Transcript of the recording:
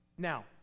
Now